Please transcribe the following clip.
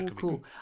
cool